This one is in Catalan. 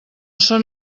són